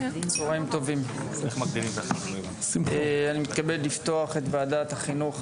אני מתכבד לפתוח את ישיבת ועדת החינוך,